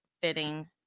fitting